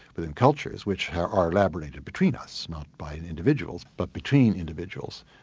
within cultures which are are elaborated between us, not by and individuals but between individuals.